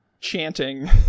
chanting